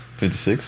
56